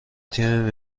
تیم